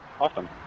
awesome